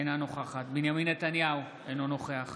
אינה נוכחת בנימין נתניהו, אינו נוכח